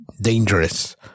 dangerous